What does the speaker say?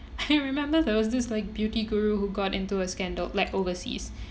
I remember there was this like beauty guru who got into a scandal like overseas